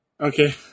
Okay